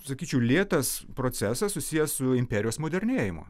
sakyčiau lėtas procesas susijęs su imperijos modernėjimu